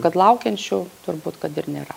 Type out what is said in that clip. kad laukiančių turbūt kad ir nėra